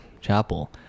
chapel